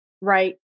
right